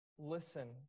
Listen